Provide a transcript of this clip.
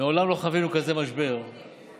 שמעולם לא חווינו כזה משבר כלכלי,